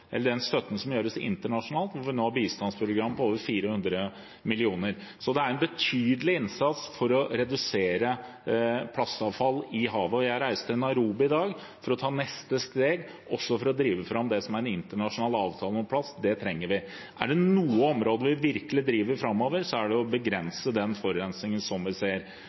støtten internasjonalt, hvor vi nå har bistandsprogram på over 400 mill. kr. Så det er en betydelig innsats for å redusere plastavfall i havet. Jeg reiser til Nairobi i dag for å ta neste steg, også for å drive fram en internasjonal avtale om plast. Det trenger vi. Er det noe område vi virkelig driver framover, er det det å begrense den forurensningen som vi ser.